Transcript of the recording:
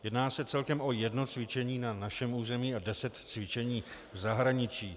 Jedná se celkem o jedno cvičení na našem území a deset cvičení v zahraničí.